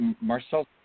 Marcel